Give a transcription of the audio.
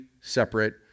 separate